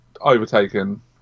overtaken